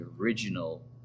original